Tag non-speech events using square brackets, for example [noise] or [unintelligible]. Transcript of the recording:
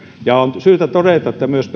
on syytä todeta että myös [unintelligible]